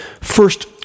First